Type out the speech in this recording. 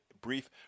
brief